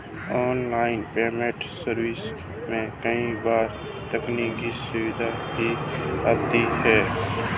online payment service में कई बार तकनीकी समस्याएं भी आती है